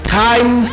time